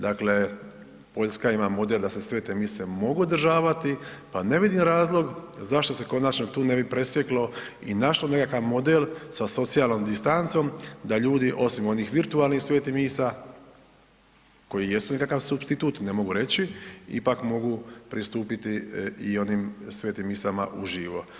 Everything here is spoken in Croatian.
Dakle, Poljska ima model da se svete mise mogu održavati, pa ne vidim razlog zašto se konačno tu ne bi presjeklo i našlo nekakav model sa socijalnom distancom da ljudi osim onih virtualnih svetih misa, koji i jesu nekakav supstitut, ne mogu reći, ipak mogu pristupiti i onim svetim misama u živo.